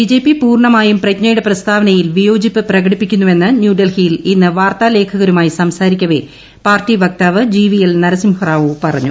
BJP പൂർണ്ണമായും പ്രജ്ഞയുടെ പ്രസ്താവനയിൽ വിയോജിപ്പ് പ്രകടിപ്പിക്കുന്നുവെന്ന് ന്യൂഡൽഹിയിൽ ഇന്ന് വാർത്താലേഖകരുമായി സംസാരിക്കവേ പാർട്ടി വക്താവ് ജി പ്പി എൽ നരസിംഹറാവു പറഞ്ഞു